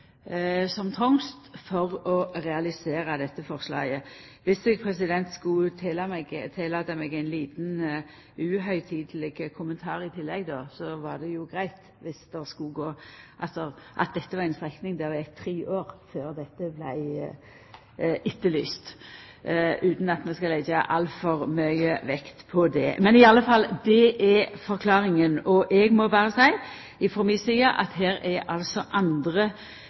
som trongst for å realisera dette forslaget. Dersom eg skulle tillata meg ein liten uhøgtideleg kommentar i tillegg, var det jo greitt dersom dette var ei strekning der det gjekk tre år før dette vart etterlyst – utan at ein skal leggja altfor mykje vekt på det. Men i alle fall: Det er forklaringa. Eg må berre frå mi side seia at det er andre